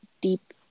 deep